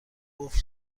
قفل